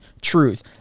truth